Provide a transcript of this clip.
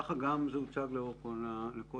ככה גם זה הוצג לאורך כל הדרך.